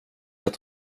att